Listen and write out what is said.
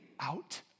out